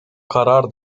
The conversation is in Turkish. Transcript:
karar